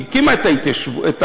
היא הקימה את החטיבה.